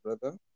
brother